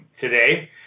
today